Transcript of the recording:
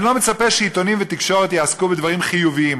אני לא מצפה שעיתונאים בתקשורת יעסקו בדברים חיוביים.